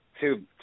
two